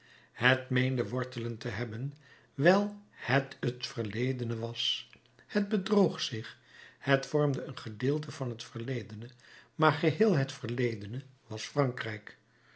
het meende wortelen te hebben wijl het t verledene was het bedroog zich het vormde een gedeelte van het verledene maar geheel het verledene was frankrijk